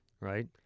Right